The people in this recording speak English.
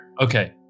Okay